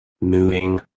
moving